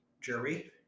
jury